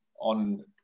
on